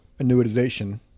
annuitization